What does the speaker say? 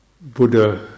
Buddha